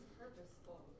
purposeful